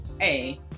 hey